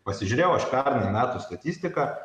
pasižiūrėjau aš pernai metų statistiką